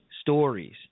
stories